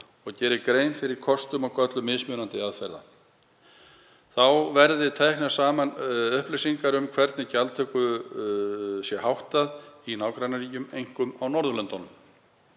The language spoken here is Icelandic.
og geri grein fyrir kostum og göllum mismunandi aðferða. Þá verði teknar saman upplýsingar um hvernig gjaldtöku sé háttað í nágrannaríkjunum, einkum á Norðurlöndunum.